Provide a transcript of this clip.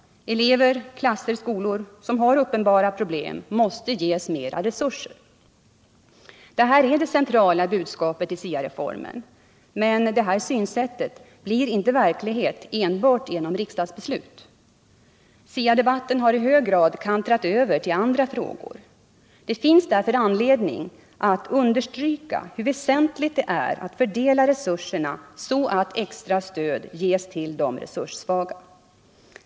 Elever, klasser och skolor som har uppenbara problem måste ges mera resurser! Detta är det centrala budskapet i SIA-reformen, men detta synsätt blir inte verklighet enbart genom riksdagsbeslut. SIA-debatten har i hög grad kantrat över till andra frågor. Det finns därför anledning att understryka hur väsentligt det är att fördela resurserna så, att extra stöd ges till de resurssvaga.